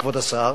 כבוד השר,